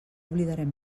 oblidarem